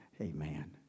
Amen